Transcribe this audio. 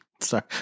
Sorry